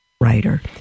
writer